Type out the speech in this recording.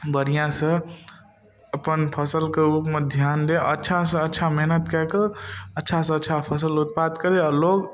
बढ़िआँसँ अपन फसलके रूपमे ध्यान दै अच्छासँ अच्छा मेहनत कए कऽ अच्छासँ अच्छा फसल उत्पाद करै आओर लोग